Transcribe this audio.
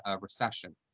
recession